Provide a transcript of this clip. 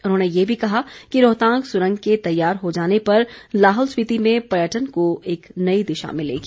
उन्होंने ये भी कहा कि रोहतांग सुरंग के तैयार हो जाने पर लाहौल स्पीति में पर्यटन को एक नई दिशा मिलेगी